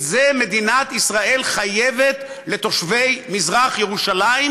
את זה מדינת ישראל חייבת לתושבי מזרח ירושלים,